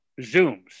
Zooms